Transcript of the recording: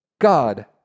God